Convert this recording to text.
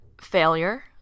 failure